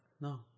No